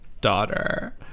Daughter